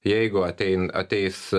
jeigu atein ateis